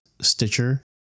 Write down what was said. Stitcher